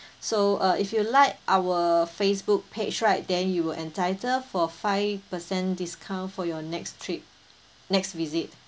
so uh if you like our Facebook page right then you will entitled for five percent discount for your next trip next visit